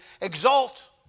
exalt